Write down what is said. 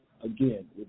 again